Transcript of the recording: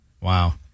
Wow